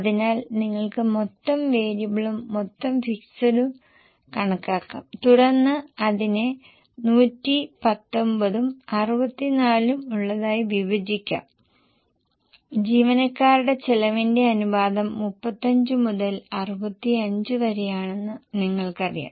അതിനാൽ നിങ്ങൾക്ക് മൊത്തം വേരിയബിളും മൊത്തം ഫിക്സഡ് കണക്കാക്കാം തുടർന്ന് അതിനെ 119 ഉം 64 ഉം ഉള്ളതായി വിഭജിക്കാം ജീവനക്കാരുടെ ചെലവിന്റെ അനുപാതം 35 മുതൽ 65 വരെയാണെന്ന് നിങ്ങൾക്കറിയാം